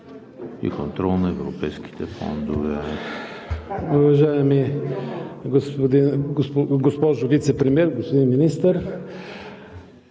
и контрол на европейските фондове